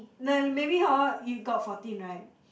like maybe hor you got fourteen right